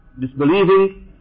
disbelieving